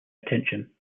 attention